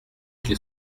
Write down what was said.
qu’il